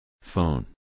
Phone